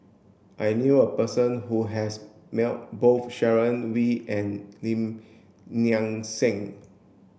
I knew a person who has met both Sharon Wee and Lim Nang Seng